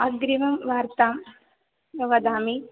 अग्रिमं वार्तां वदामि